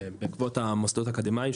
בעקבות המוסדות האקדמאים,